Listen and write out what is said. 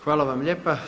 Hvala vam lijepa.